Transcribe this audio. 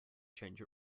change